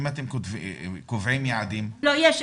אם אתם קובעים יעדים --- יש,